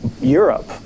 Europe